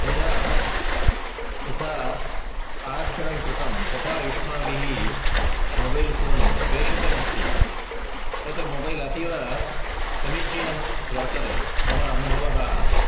मया यथा आरक्षणं कृतं तथा युष्माभिः मोबैल् फ़ोन् प्रेषितमस्ति तत् मोबैल् अतीवसमीचीनं वर्तते मम अनुभवः